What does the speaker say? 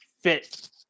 fit